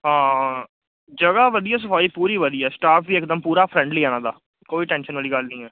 ਹਾਂ ਜਗ੍ਹਾ ਵਧੀਆ ਸਫਾਈ ਪੂਰੀ ਵਧੀਆ ਸਟਾਫ ਵੀ ਇਕਦਮ ਪੂਰਾ ਫਰੈਂਡਲੀ ਇਹਨਾਂ ਦਾ ਕੋਈ ਟੈਂਸ਼ਨ ਵਾਲੀ ਗੱਲ ਨਹੀਂ ਹੈ